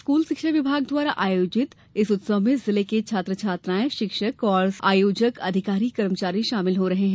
school शिक्षा विभाग द्वारा आयोजित इस उत्सव में जिलों के छात्र छात्राएं शिक्षक और आयोजक अधिकारीकर्मचारी शामिल हो रहे हैं